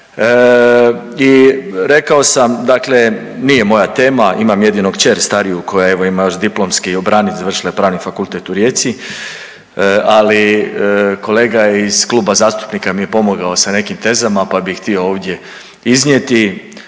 i rekao sam dakle nije moja tema, imam jedino kćer stariju koja evo ima još diplomski obranit, završila je Pravni fakultet u Rijeci, ali kolega iz kluba zastupnika mi je pomogao sa nekim tezama, pa bi htio ovdje iznijeti,